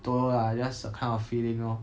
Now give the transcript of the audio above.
don't know lah just a kind of feeling lor